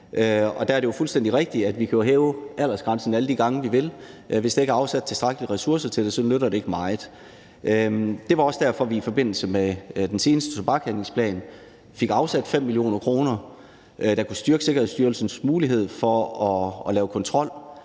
Det er jo fuldstændig rigtigt, at vi kan hæve aldersgrænserne alle de gange, vi vil, men at det ikke nytter meget, hvis der ikke er afsat tilstrækkelige ressourcer til håndhævelsen. Det var også derfor, vi i forbindelse med den seneste tobakshandlingsplan fik afsat 5 mio. kr., der kunne styrke Sikkerhedsstyrelsens mulighed for at føre kontrol.